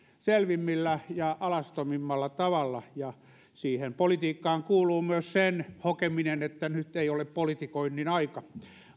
selvimmällä ja alastomimmalla tavalla ja siihen politiikkaan kuuluu myös sen hokeminen että nyt ei ole politikoinnin aika